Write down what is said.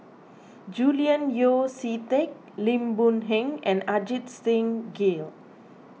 Julian Yeo See Teck Lim Boon Heng and Ajit Singh Gill